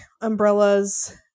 umbrellas